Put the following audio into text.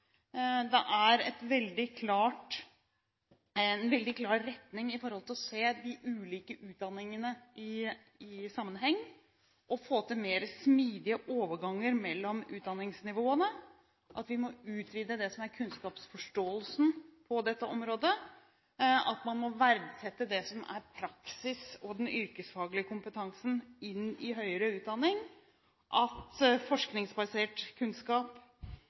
Det er en veldig klar retning med hensyn til å se de ulike utdanningene i sammenheng og å få til mer smidige overganger mellom utdanningsnivåene – at vi må utvide det som er kunnskapsforståelsen på dette området, at man må verdsette det som er praksis og den yrkesfaglige kompetansen i høyere utdanning, at forskningsbasert kunnskap